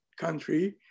country